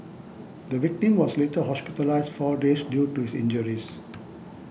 the victim was later hospitalised four days due to his injuries